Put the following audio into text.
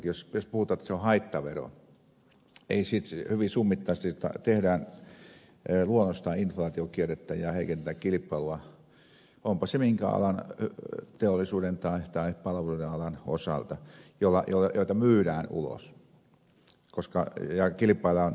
jos puhutaan että se on haittavero hyvin summittaisesti tehdään luonnostaan inflaatiokierrettä ja heikennetään kilpailua onpa se minkä alan tahansa teollisuuden tai palveluiden alan osalta kun myydään ulos ja kilpaillaan kansainvälisillä markkinoilla